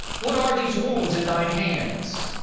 what are these wounds in thine hands?